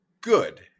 good